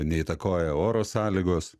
neįtakoja oro sąlygos